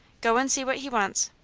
go and see what he wants.